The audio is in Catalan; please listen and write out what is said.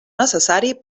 necessari